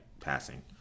passing